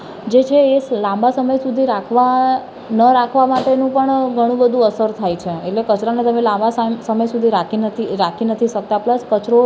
જે છે એ સ લાંબા સમય સુધી રાખવાનાં રાખવા માટેનું પણ ઘણું બધું અસર થાય છે એટલે કચરાને તમે લાંબા સ સમય સુધી રાખી નથી રાખી નથી શકતા પ્લસ કચરો